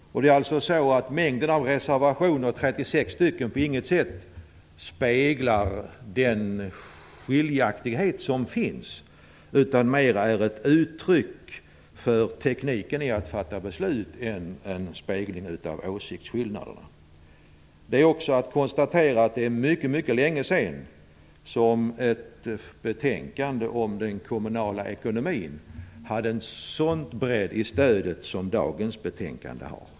Mängden av reservationer - 36 stycken - speglar på inget sätt den skiljaktighet som finns. Den är mer ett uttryck för tekniken i att fatta beslut än en spegling av åsiktsskillnader. Man kan också konstatera att det är mycket länge sedan ett betänkande om den kommunala ekonomin hade ett så brett stöd som dagens betänkande har.